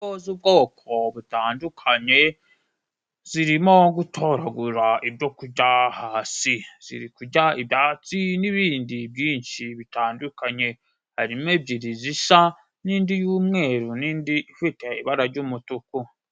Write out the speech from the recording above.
Inkoko z'ubwoko butandukanye zirimo gutoragura ibyoku kurya hasi ibyatsi n'ibindi byinshi bitandukanye harimo ebyiri zisa n'indi y'umweru n'indi ifite ibara ry'umutuku.